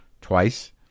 twice